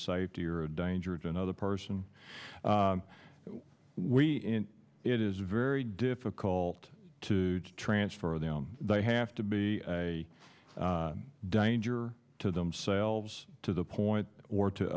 safety or a danger to another person we it is very difficult to transfer them they have to be a danger to themselves to the point or to